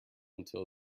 until